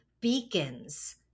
beacons